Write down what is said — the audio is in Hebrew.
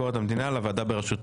אין שום דבר.